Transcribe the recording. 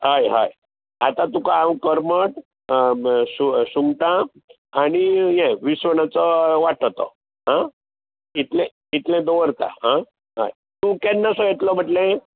हय हय आतां तुका हांव करमट सु सुंगटां आनी हें विसवणाचो वांटो तो हा इतलें इतलें दवरतां हां हय तूं केन्नासो येतलो म्हटले